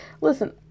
listen